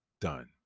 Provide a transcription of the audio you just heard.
Done